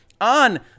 on